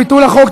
ביטול החוק),